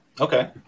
okay